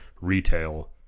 retail